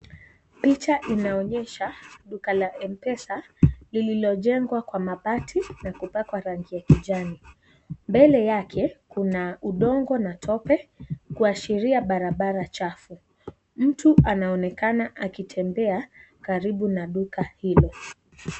Picha inaonyesha duka la Mpesa lililojengwa kwa mabati na kupakwa rangi ya kijani mbele yake kuna udongo na tope kuashiria barabara chafu mtu anaonekana akitembea karibu na duka hilo.